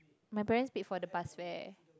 my parents paid for the bus fare